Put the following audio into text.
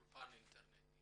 של אולפן אינטרנטי.